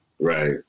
Right